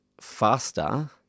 faster